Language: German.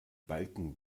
balken